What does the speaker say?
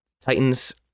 Titans